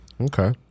Okay